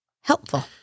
helpful